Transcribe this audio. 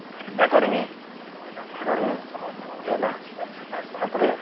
ଏନ୍ତା କର୍ମୀ ସେନ୍ତା କର୍ମୀ ବୋଇଲା ତାପରେ